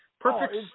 perfect